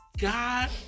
god